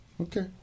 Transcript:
Okay